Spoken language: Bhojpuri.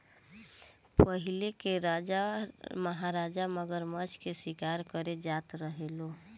पहिले के राजा महाराजा मगरमच्छ के शिकार करे जात रहे लो